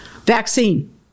Vaccine